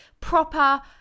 proper